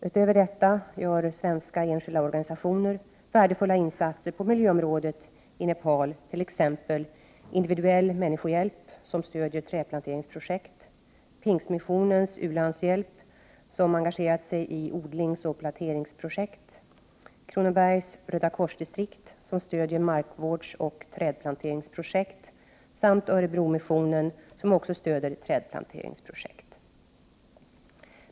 Utöver detta gör svenska enskilda organiationer värdefulla insatser på miljöområdet i Nepal, t.ex. Individuell Människohjälp , som stöder trädplanteringsprojektet, Pingstmissionens u-landshjälp som engagerat sig i odlingsoch planteringsprojekt, Kronobergs Röda Korsdistrikt, som stöder markvårdsoch trädplanteringsprojekt, samt Örebromissionen, som också de stöder trädplanteringsprojekt.